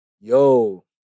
yo